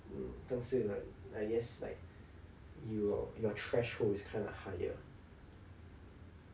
mm 但是 like I guess like your your threshold is kind of higher